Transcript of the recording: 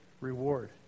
reward